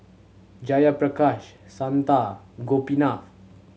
Jayaprakash Santha Gopinath